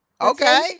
Okay